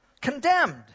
condemned